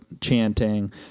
chanting